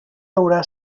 haurà